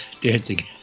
dancing